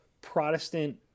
protestant